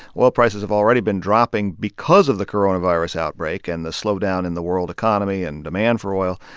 oil prices have already been dropping because of the coronavirus outbreak and the slowdown in the world economy and demand for oil.